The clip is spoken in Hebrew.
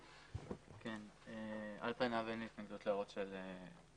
על פניו אין לי התנגדות להערות הכבאות.